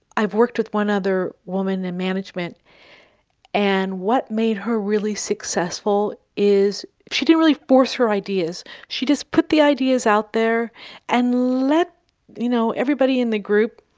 i've worked with one other woman in management and what made her really successful is she didn't really force her ideas, she just put the ideas out there and let you know everybody in the group,